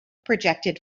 projected